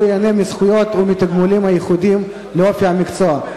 ייהנה מזכויות ומתגמולים הייחודיים לאופי המקצוע.